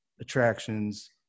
attractions